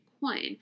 coin